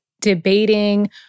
debating